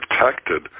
protected